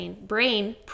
brain